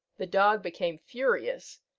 the dog became furious,